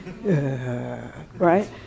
Right